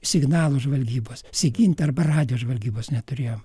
signalų žvalgybos apsigint arba radijo žvalgybos neturėjom